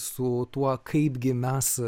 su tuo kaipgi mes